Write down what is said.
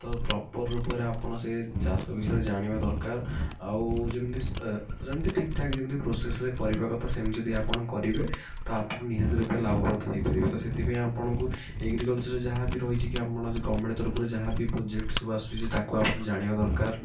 ତ ପ୍ରୋପର୍ ରୂପରେ ଆପଣ ସେ ଚାଷ ବିଷୟରେ ଜାଣିବା ଦରକାର ଆଉ ଯେମିତି ଯେମିତି ଠିକ୍ ଠାକ୍ ଯେମିତି ପ୍ରୋସେସ୍ରେ କରିବା କଥା ସେମିତି ଯଦି ଆପଣ କରିବେ ତ ଆପଣ ନିହାତି ରୂପରେ ଲାଭପ୍ରଦ ହୋଇପାରିବେ ତ ସେଥିପାଇଁ ଆପଣଙ୍କୁ ଆଗ୍ରିକଲଚର୍ରେ ଯାହା ବି ରହିଛି ଆପଣ ଗଭର୍ଣ୍ଣମେଣ୍ଟ୍ ତରଫରୁ ଯାହା ବି ପ୍ରୋଜେକ୍ଟ୍ ସବୁ ଆସୁଛି ତାକୁ ଆପଣ ଜାଣିବା ଦରକାର